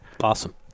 Awesome